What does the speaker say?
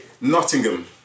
Nottingham